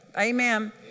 Amen